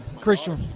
Christian